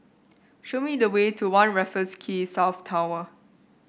show me the way to One Raffles Quay South Tower